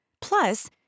Plus